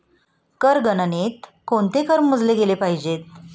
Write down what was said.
कर गणनेत कोणते कर मोजले गेले पाहिजेत?